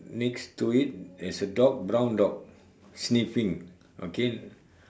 next to it is a dog brown dog sniffing okay